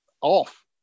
off